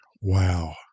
wow